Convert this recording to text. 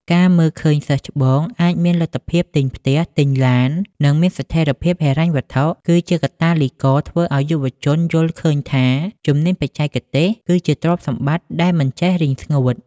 ការមើលឃើញសិស្សច្បងអាចមានលទ្ធភាពទិញផ្ទះ ទិញឡាន និងមានស្ថិរភាពហិរញ្ញវត្ថុ គឺជាកាតាលីករធ្វើឱ្យយុវជនយល់ឃើញថា ជំនាញបច្ចេកទេសគឺជាទ្រព្យសម្បត្តិដែលមិនចេះរីងស្ងួត។